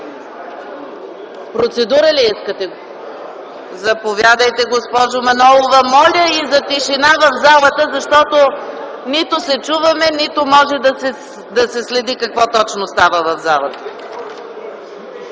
Процедура ли искате? Заповядайте, госпожо Манолова. Моля за тишина в залата, защото нито се чуваме, нито може да се следи какво точно става в залата.